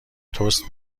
تست